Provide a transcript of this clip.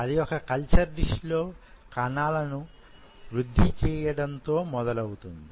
అది ఒక culture dish లో కణాలను వృద్ధి చేయడంతో మొదలవుతుంది